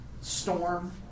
Storm